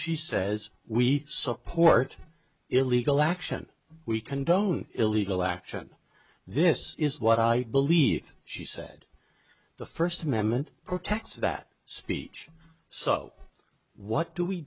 she says we support illegal action we condone illegal action this is what i believe she said the first amendment protects that speech so what do we